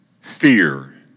fear